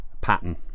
pattern